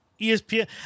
ESPN